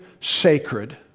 sacred